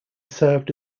served